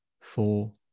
four